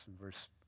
verse